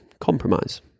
compromise